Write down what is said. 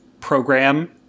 program